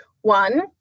one